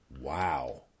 Wow